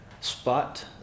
spot